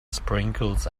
sprinkles